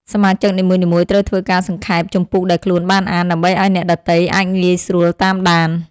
សមាជិកនីមួយៗត្រូវធ្វើការសង្ខេបជំពូកដែលខ្លួនបានអាន ដើម្បីឱ្យអ្នកដទៃអាចងាយស្រួលតាមដាន។